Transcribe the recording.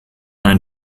ein